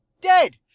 dead